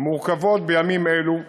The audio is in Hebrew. מורכבות בימים אלה,